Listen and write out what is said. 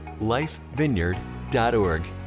lifevineyard.org